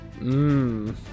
Mmm